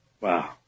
Wow